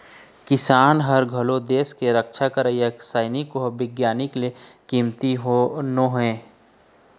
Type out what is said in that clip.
किसान मन ह घलोक देस के रक्छा करइया सइनिक अउ बिग्यानिक ले कमती नो हे